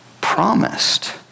Promised